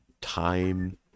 time